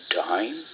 time